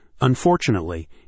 Unfortunately